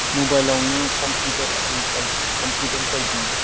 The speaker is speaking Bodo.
मबाइलआवनो कम्पिउटार आरि कम्पिउटार बायदि